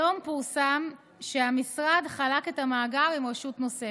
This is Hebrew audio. היום פורסם שהמשרד חלק את המאגר עם רשות נוספת.